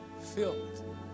filled